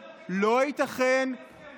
מה עם ועדת הכספים וועדת הכנסת?